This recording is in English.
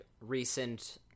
recent